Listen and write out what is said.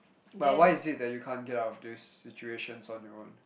but why is it you can't get out of these situations on your own